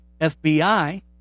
FBI